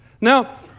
Now